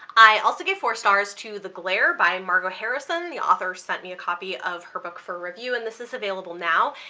i also gave four stars to the glare by margot harrison. the author sent me a copy of her book for review and this is available now.